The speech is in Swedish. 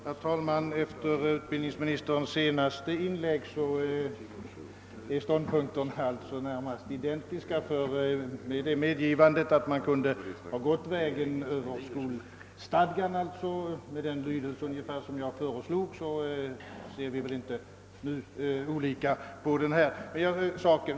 Herr talman! Efter utbildningsministerns senaste inlägg är våra ståndpunkter närmast identiska; efter hans medgivande att man kunde ha gått vägen över skolstadgan och givit paragrafen den lydelse som jag föreslog kan jag konstatera att vi inte ser olika på den saken.